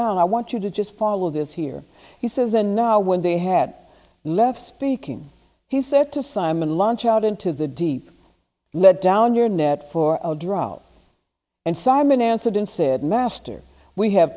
said i want you to just follow this here he says and now when they had left speaking he said to simon launch out into the deep let down your net for a drought and simon answered and said master we have